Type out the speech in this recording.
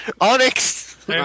Onyx